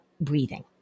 breathing